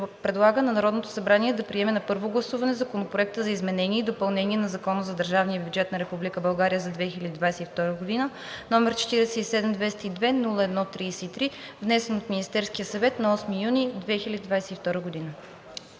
на Народното събрание да приеме на първо гласуване Законопроект за изменение и допълнение на Закона за държавния бюджет на Република България за 2022 г., № 47-202-01-33, внесен от Министерския съвет на 8 юни 2022 г.“